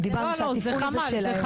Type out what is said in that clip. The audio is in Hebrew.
דיברנו שהתפעול זה שלהם.